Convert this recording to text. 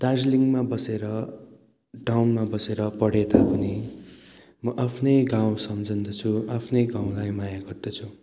दार्जिलिङमा बसेर टाउनमा बसेर पढे तापनि म आफ्नै गाउँ सम्झन्दछु आफ्नै गाउँलाई माया गर्दछु